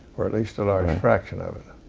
or at least a large fraction of it?